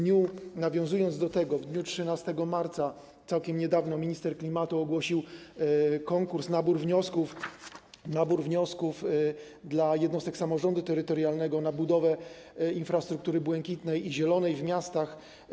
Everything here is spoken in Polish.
Nawiązując do tego, w dniu 13 marca, całkiem niedawno, minister klimatu ogłosił konkurs, nabór wniosków dla jednostek samorządu terytorialnego na budowę infrastruktury błękitnej i zielonej w miastach.